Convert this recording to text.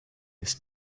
ist